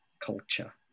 culture